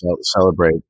celebrate